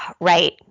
Right